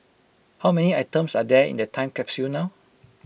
how many items are there in the time capsule now